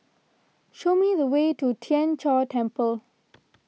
show me the way to Tien Chor Temple